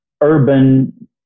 urban